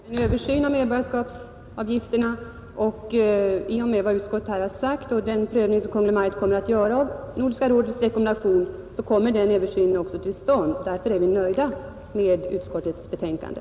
Herr talman! Herr Brandt förekom mig. Vi har alltså yrkat på en översyn av bestämmelserna om expeditionsavgifterna vid förvärv av svenskt medlemskap. Efter vad utskottet nu har uttalat och den prövning som Kungl. Maj:t kommer att göra av Nordiska rådets rekommendation kommer den översynen till stånd. Därför är vi nöjda med utskottets betänkande,